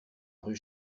rue